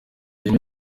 rimwe